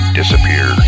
disappear